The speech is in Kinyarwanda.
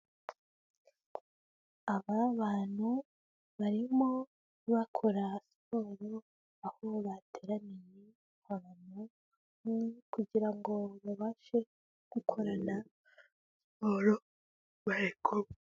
Aba bantu barimo bakora siporo aho bateraniye ahantu hamwe kugira ngo babashe gukorana siporo barikumwe.